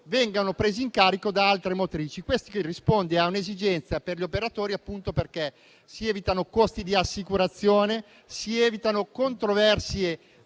vengono presi in carico da altre motrici. Ciò risponde a un'esigenza degli operatori, perché si evitano costi di assicurazione e controversie